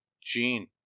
Gene